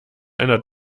einer